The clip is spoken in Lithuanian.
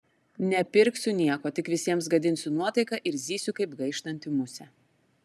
nepirksiu nieko tik visiems gadinsiu nuotaiką ir zysiu kaip gaištanti musė